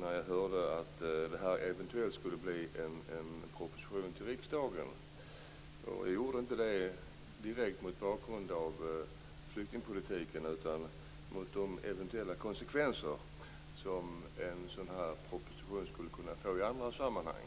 när jag hörde att detta eventuellt skulle leda till en proposition till riksdagen. Jag gjorde det inte direkt mot bakgrund av flyktingpolitiken utan mot de eventuella konsekvenser som en sådan proposition skulle kunna få i andra sammanhang.